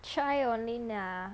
try only nah